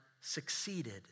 succeeded